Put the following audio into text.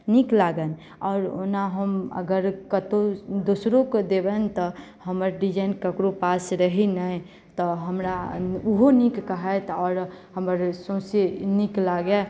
नीक लागनि आओर ओना हम अगर कतहु दोसरोकेँ देबनि तऽ हमर डिजाइन ककरो पास रहै नहि तऽ हमरा ओहो नीक कहथि आओर हमर सौँसे नीक लागय